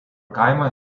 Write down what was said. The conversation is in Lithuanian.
kaimą